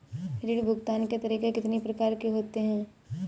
ऋण भुगतान के तरीके कितनी प्रकार के होते हैं?